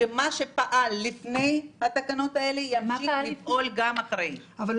כדי שלא נהיה במצב שבו גם המוגבלים האחרים שאפילו לא